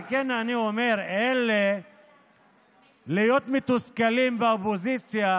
על כן אני אומר: להיות מתוסכלים באופוזיציה